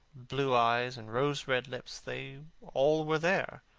blue eyes, and rose-red lips they all were there.